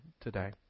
today